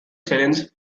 challenge